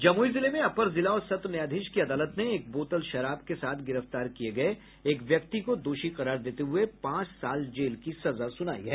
जमुई जिले में अपर जिला और सत्र न्यायाधीश की अदालत ने एक बोतल शराब के साथ गिरफ्तार किये गये एक व्यक्ति को दोषी करार देते हुए पांच साल जेल की सजा सुनायी है